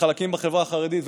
בחלקים בחברה החרדית,